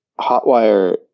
Hotwire